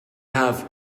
have